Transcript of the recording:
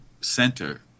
center